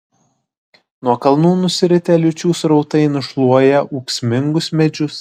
nuo kalnų nusiritę liūčių srautai nušluoja ūksmingus medžius